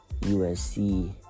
usc